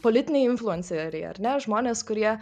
politiniai influenceriai ar ne žmonės kurie